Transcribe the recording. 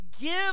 give